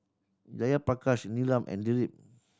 Jayaprakash Neelam and Dilip